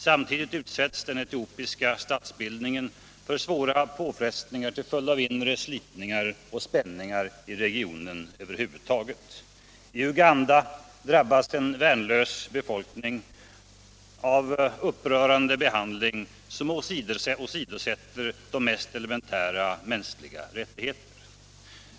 Samtidigt utsätts den etiopiska statsbildningen för svåra påfrestningar till följd av inre slitningar och spänningar i regionen över huvud taget. I Uganda utsätts en värnlös befolkning för upprörande behandling som åsidosätter de mest elementära mänskliga rättigheter.